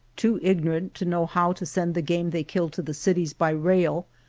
too ignorant to know how to send the game they kill to the cities by rail,